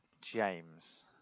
James